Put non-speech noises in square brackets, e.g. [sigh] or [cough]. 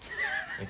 [laughs]